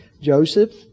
Joseph